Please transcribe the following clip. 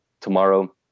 tomorrow